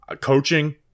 coaching